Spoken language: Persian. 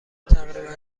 تقریبا